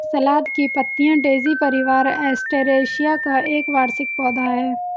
सलाद की पत्तियाँ डेज़ी परिवार, एस्टेरेसिया का एक वार्षिक पौधा है